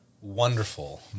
Wonderful